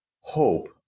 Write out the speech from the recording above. hope